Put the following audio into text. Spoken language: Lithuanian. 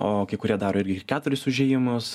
o kai kurie daro irgi keturis užėjimus